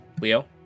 Leo